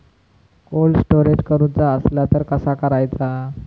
Cold storage करूचा असला तर कसा करायचा?